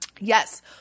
Yes